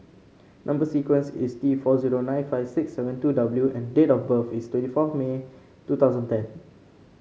number sequence is T four zero nine five six seven two W and date of birth is twenty fourth May two thousand ten